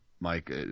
Mike